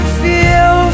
feel